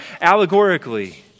allegorically